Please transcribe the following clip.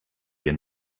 wir